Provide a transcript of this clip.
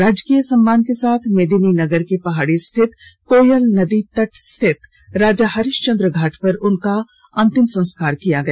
राजकीय सम्मान के साथ मेदिनीनगर के पहाड़ी स्थित कोयल नदी तट स्थित राजा हरिश्चन्द्र घाट पर उनका अंतिम संस्कार किया गया